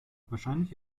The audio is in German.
wahrscheinlich